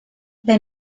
they